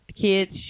Kids